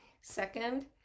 Second